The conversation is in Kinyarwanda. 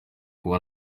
kuba